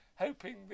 hoping